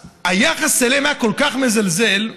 היחס אליהם היה כל כך מזלזל,